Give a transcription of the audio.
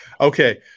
Okay